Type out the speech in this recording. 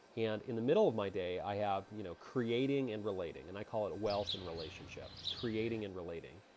and in the middle of my day i have you know creating and relating. and i call it wealth and relationship. creating and relating.